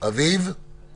אפשר להתקדם.